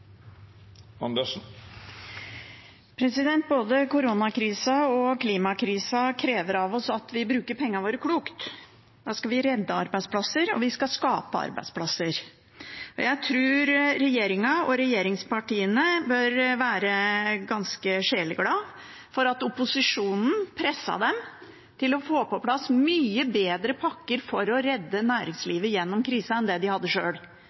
Både koronakrisen og klimakrisen krever av oss at vi bruker pengene våre klokt, skal vi redde arbeidsplasser og skape arbeidsplasser. Jeg tror regjeringen og regjeringspartiene bør være ganske sjeleglade for at opposisjonen presset dem til å få på plass mye bedre pakker for å redde næringslivet gjennom krisen enn de hadde sjøl.